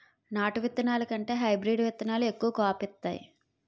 నాటు ఇత్తనాల కంటే హైబ్రీడ్ ఇత్తనాలు ఎక్కువ కాపు ఇత్తాయి